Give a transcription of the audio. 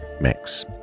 mix